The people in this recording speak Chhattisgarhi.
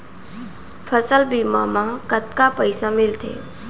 फसल बीमा म कतका पइसा मिलथे?